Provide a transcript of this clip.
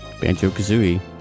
Banjo-Kazooie